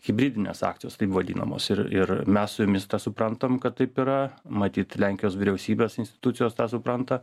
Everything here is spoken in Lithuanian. hibridinės akcijos taip vadinamos ir ir mes su jumis tą suprantam kad taip yra matyt lenkijos vyriausybės institucijos tą supranta